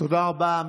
תודה רבה.